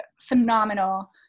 phenomenal